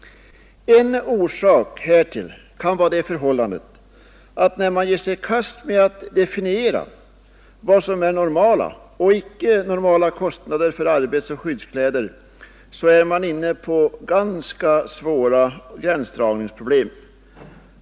En orsak härtill kan vara det förhållandet, att när man ger sig i kast med att definiera vad som är normala och icke normala kostnader för arbetsoch skyddskläder så är man inne på ganska svåra gränsdragningsproblem.